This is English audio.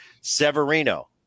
Severino